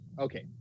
Okay